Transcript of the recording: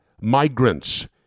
migrants